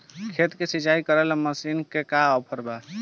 खेत के सिंचाई करेला मशीन के का ऑफर बा?